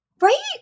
Right